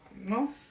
No